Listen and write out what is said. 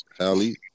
Ali